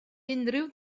unrhyw